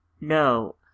no